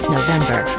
November